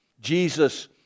Jesus